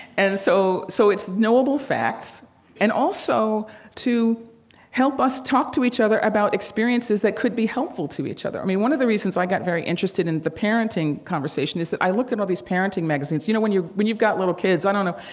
and so so it's knowable facts and also to help us talk to each other about experiences that could be helpful to each other. i mean, one of the reasons i got very interested in the parenting conversation, is that i look at and all these parenting magazines, you know, when you're when you've got little kids, i don't know.